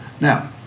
Now